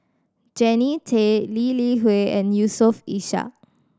Jannie Tay Lee Li Hui and Yusof Ishak